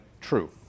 true